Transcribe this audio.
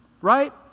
right